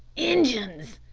injuns!